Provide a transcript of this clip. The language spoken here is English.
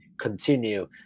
Continue